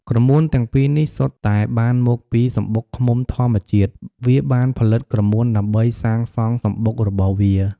ក្រមួនទាំងពីរនេះសុទ្ធតែបានមកពីសំបុកឃ្មុំធម្មជាតិ វាបានផលិតក្រមួនដើម្បីសាងសង់សំបុករបស់វា។